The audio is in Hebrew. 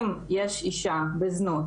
אם יש אישה בזנות,